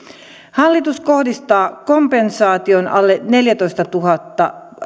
hallitus kohdistaa kompensaation alle neljätoistatuhatta